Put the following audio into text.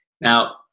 Now